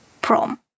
prom